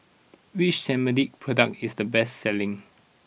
which Cetrimide product is the best selling